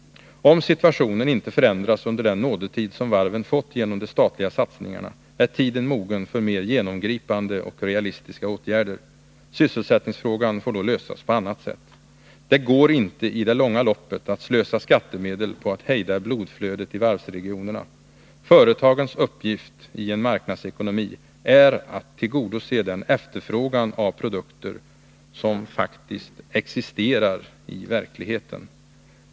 Om situationen inte förändras under den nådatid som varven fått genom de statliga satsningarna, är tiden mogen för mer genomgripande och realistiska åtgärder. Sysselsättningsfrågan får då lösas på annat sätt. Det går inte i det långa loppet att slösa skattemedel på att hejda blodflödet i varvsregionerna. Företagens uppgift i en marknadsekonomi är att tillgodose den efterfrågan av produkter som existerar i verkligheten.